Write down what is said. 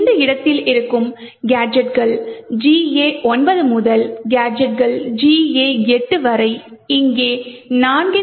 இந்த இடத்தில் இருக்கும் கேஜெட்கள் GA 9 முதல் கேஜெட் GA 8 வரை இங்கே 4